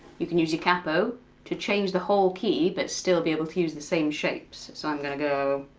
you can use a capo to change the whole key, but still be able to use the same shapes. so i'm gonna go.